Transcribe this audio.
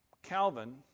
Calvin